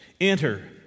enter